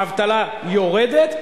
האבטלה יורדת,